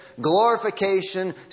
glorification